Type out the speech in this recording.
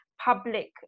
public